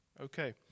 Okay